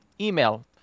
email